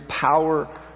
power